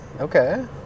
Okay